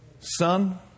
son